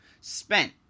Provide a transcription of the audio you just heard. spent